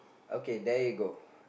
okay there you go